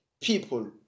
people